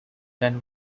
than